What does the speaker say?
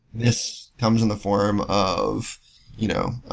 this comes in the form of you know